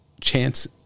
chance